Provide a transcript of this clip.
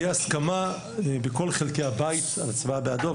שתהיה הסכמה בכל חלקי הבית על הצבעה בעדו,